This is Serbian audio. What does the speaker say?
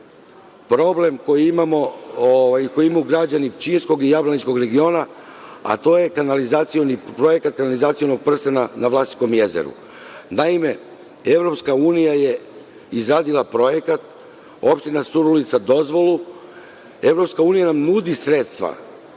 problem koji imamo, koji imaju građani pčinjskog i jablaničkog regiona, a to je kanalizacija ili projekat kanalizacionog prstena na Vlasinskom jezeru. Naime, Evropska unija je izradila projekat, opština Surdulica dozvolu, Evropska unija nam nudi sredstva